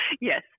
yes